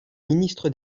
ministre